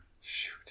Shoot